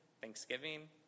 Thanksgiving